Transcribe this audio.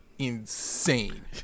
insane